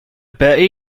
bertie